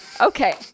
Okay